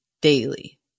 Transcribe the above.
daily